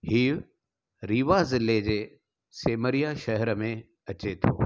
हीउ रीवा ज़िले जे सेमरिया शहर में अचे थो